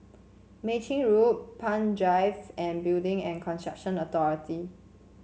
Mei Chin Road Palm Drive and Building and Construction Authority